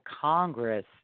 Congress